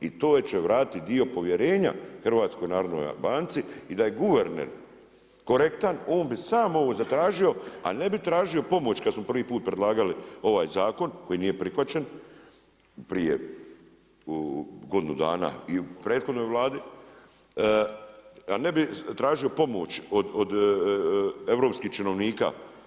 I to će vratiti dio povjerenja HNB i da je guverner korektan on bi sam ovo zatražio, a ne bi tražio pomoć kad smo prvi put predlagali ovaj zakon koji nije prihvaćen prije godinu dana i u prethodnoj Vladi, ne bi tražio pomoć od europskih činovnika.